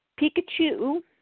Pikachu